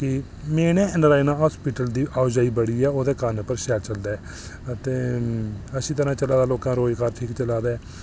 ते में ना नारायणा हॉस्पिटल दी आओ जाई बड़ी ऐ ओह्दे कारण पर शैल चलदा ते अच्छी तरह चला दा ऐ लोकें दा रोजगार ठीक चला दा ऐ